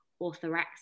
orthorexia